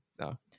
no